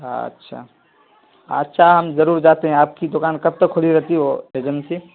اچھا اچھا ہم ضرور جاتے ہیں آپ کی دکان کب تک کھلی رہتی ہے وہ ایجنسی